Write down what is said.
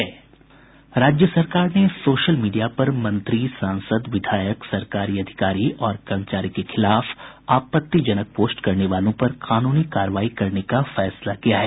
राज्य सरकार ने सोशल मीडिया पर मंत्री सांसद विधायक सरकारी अधिकारी और कर्मचारी के खिलाफ आपत्तिजनक पोस्ट करने वालों पर कानूनी कार्रवाई करने का फैसला किया है